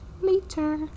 later